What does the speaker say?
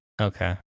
Okay